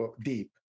deep